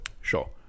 Sure